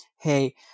hey